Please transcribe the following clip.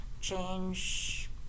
change